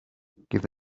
give